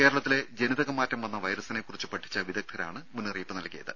കേരളത്തിലെ ജനിതക മാറ്റം വന്ന വൈറസിനെ കുറിച്ച് പഠിച്ച വിദഗ്ധരാണ് മുന്നറിയിപ്പ് നൽകിയത്